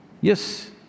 Yes